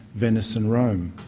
venice and rome.